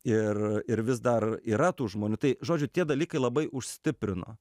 ir ir vis dar yra tų žmonių tai žodžiu tie dalykai labai užstiprino